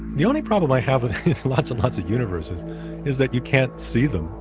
the only problem i have with lots and lots of universes is that you can't see them,